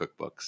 cookbooks